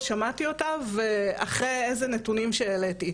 שמעתי אותה ואחרי איזה נתונים שהעליתי,